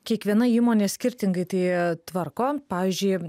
kiekviena įmonė skirtingai tai tvarko pavyzdžiui